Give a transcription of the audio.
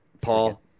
Paul